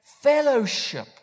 fellowship